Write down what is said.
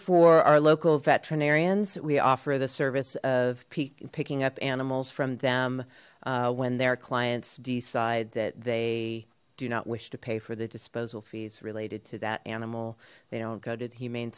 for our local veterinarians we offer the service of picking up animals from them when their clients decide that they do not wish to pay for the disposal fees related to that animal they don't go to the humane